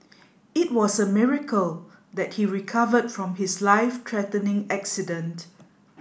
it was a miracle that he recovered from his life threatening accident